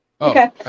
Okay